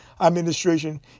administration